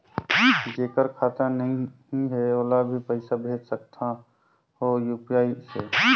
जेकर खाता नहीं है ओला भी पइसा भेज सकत हो यू.पी.आई से?